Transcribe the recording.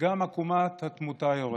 וגם עקומת התמותה יורדת.